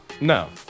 No